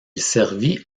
servit